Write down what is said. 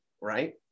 right